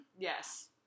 Yes